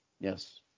Yes